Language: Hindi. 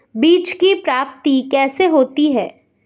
बीज की प्राप्ति कैसे होती है?